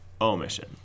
omission